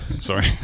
Sorry